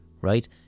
right